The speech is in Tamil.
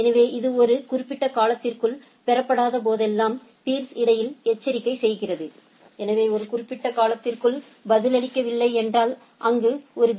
எனவே இது ஒரு குறிப்பிட்ட காலத்திற்குள் பெறப்படாத போதெல்லாம் பீா்ஸ் இடையில் எச்சரிக்கை செய்கிறது எனவே ஒரு குறிப்பிட்ட காலத்திற்குள் பதிலளிக்கவில்லை என்றால் அங்கு ஒரு பி